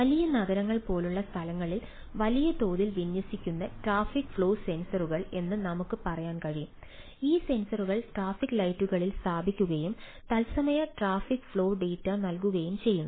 വലിയ നഗരങ്ങൾ പോലുള്ള സ്ഥലങ്ങളിൽ വലിയ തോതിൽ വിന്യസിക്കുന്ന ട്രാഫിക് ഫ്ലോ സെൻസറുകൾ നൽകുകയും ചെയ്യുന്നു